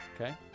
Okay